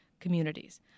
communities